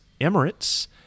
Emirates